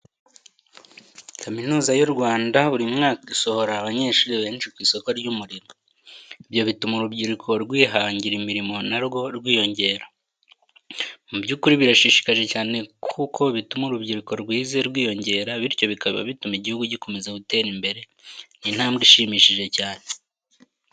Kaminuza y'u Rwanda buri mwaka isohora abanyeshuri benshi ku isoko ry'umurimo. Ibyo bituma urubyiruko rwihangira imirimo na rwo rwiyongera. Mu by'ukuri birashishikaje cyane kuko bituma urubyiruko rwize rwiyongera bityo bikaba bituma igihugu gikomeza gutera imbere. Ni intambwe ishimishije cyane.